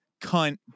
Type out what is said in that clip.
cunt